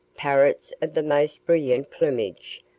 parrots of the most brilliant plumage,